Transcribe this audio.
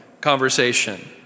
conversation